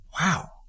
Wow